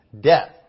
death